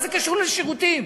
מה זה קשור לשירותים?